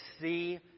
see